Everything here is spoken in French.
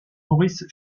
maurice